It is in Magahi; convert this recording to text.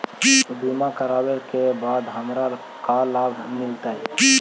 बीमा करवला के बाद हमरा का लाभ मिलतै?